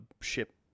ship